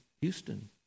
Houston